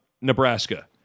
Nebraska